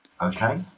Okay